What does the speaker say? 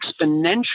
exponential